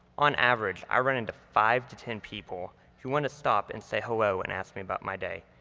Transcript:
on average i run into five to ten people who want to stop and say hello and ask me about my day.